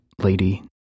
lady